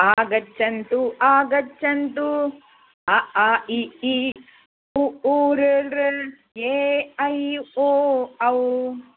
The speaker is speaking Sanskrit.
आगच्छन्तु आगच्छन्तु अ आ इ ई उ ऊ ऋ ॠ लृ ए ऐ ओ औ